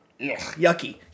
yucky